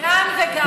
גם וגם.